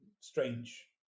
strange